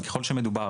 אבל ככל שמדובר,